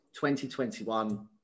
2021